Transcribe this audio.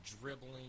dribbling